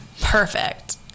perfect